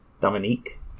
Dominique